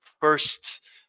first